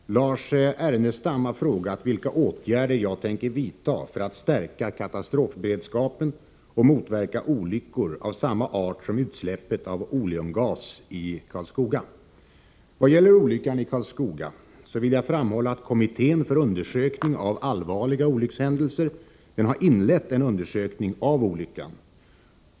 Herr talman! Lars Ernestam har frågat vilka åtgärder jag tänker vidta för att stärka katastrofberedskapen och motverka olyckor av samma art som utsläppet av oleumgas i Karlskoga. Vad gäller olyckan i Karlskoga vill jag framhålla att kommittén för undersökning av allvarliga olyckshändelser har inlett en undersökning av olyckan.